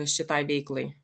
šitai veiklai